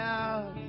out